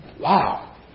Wow